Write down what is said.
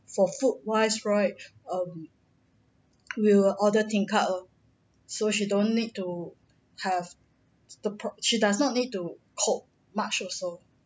for food wise right um we will order tingkat lor so she don't need to have the por~ she does not need to cope much also